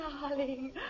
Darling